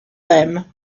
them